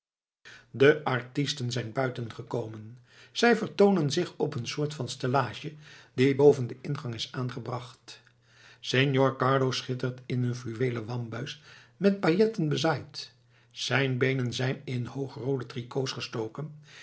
de artisten zijn buiten gekomen zij vertoonen zich op een soort van stellage die boven den ingang is aangebracht signor carlo schittert in een fluweelen wambuis met pailletten bezaaid zijn beenen zijn in hoogroode tricots gestoken